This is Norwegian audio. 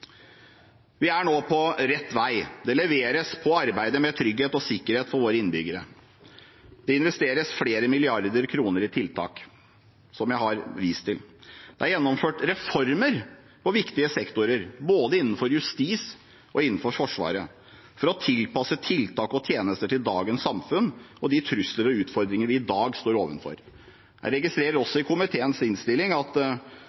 Vi er nå på rett vei. Det leveres på arbeidet med trygghet og sikkerhet for våre innbyggere. Det investeres flere milliarder kroner i tiltak, som jeg har vist til. Det er gjennomført reformer på viktige sektorer, både innenfor justis og innenfor Forsvaret, for å tilpasse tiltak og tjenester til dagens samfunn og de trusler og utfordringer vi i dag står overfor. I komiteens innstilling registrerer jeg også at